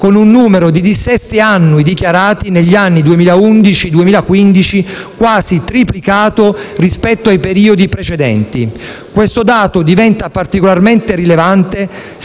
con un numero di dissesti annui dichiarati negli anni 2011-2015 quasi triplicato rispetto ai periodi precedenti. Questo dato diventa particolarmente rilevante